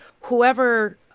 whoever